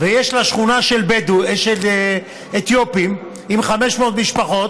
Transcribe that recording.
יש לה שכונה של אתיופים עם 500 משפחות.